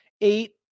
Eight